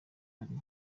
ari